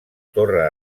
torre